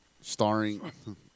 starring